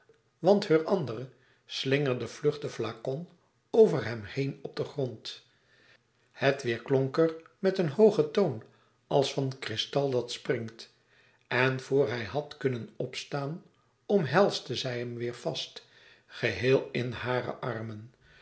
want heur andere slingerde vlug den flacon over hem heen op den grond het weêrklonk er met een hoogen toon als van kristal dat springt en voor hij had kunnen opstaan omhelsde zij hem weer vast geheel in hare armen